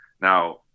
Now